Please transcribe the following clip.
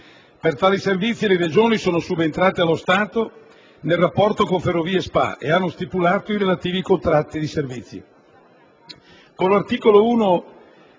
Per tali servizi le Regioni sono subentrate allo Stato nel rapporto con Ferrovie spa e hanno stipulato i relativi contratti di servizio.